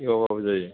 एवआबाबो जायो